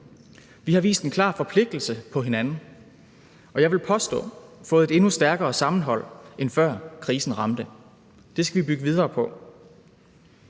Vi har vist en klar forpligtelse på hinanden og, vil jeg påstå, fået et endnu stærkere sammenhold, end før krisen ramte. Det skal vi bygge videre på.